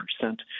percent